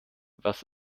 was